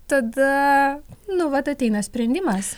tada nu vat ateina sprendimas